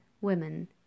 women